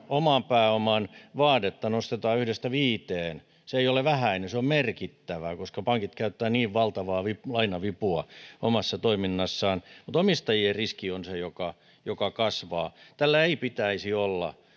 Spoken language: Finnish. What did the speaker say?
oman pääoman vaadetta nostetaan yhdestä viiteen se ei ole vähäinen se on merkittävää koska pankit käyttävät niin valtavaa lainavipua omassa toiminnassaan mutta omistajien riski on se joka joka kasvaa tällä ei pitäisi olla